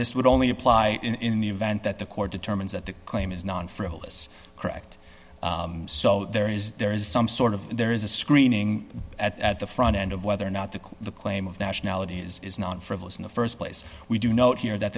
this would only apply in the event that the court determines that the claim is non frivolous correct so there is there is some sort of there is a screening at the front end of whether or not the the claim of nationality is non frivolous in the st place we do note here that